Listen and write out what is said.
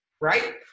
right